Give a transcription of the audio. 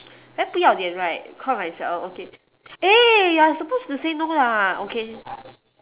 very 不要脸 right call myself okay eh you are supposed to say no lah okay